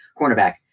cornerback